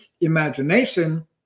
imagination